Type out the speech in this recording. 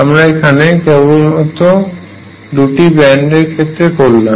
আমরা এখানে কেবলমাত্র দুটি ব্যান্ডের ক্ষেত্রে করলাম